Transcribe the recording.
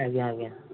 ଆଜ୍ଞା ଆଜ୍ଞା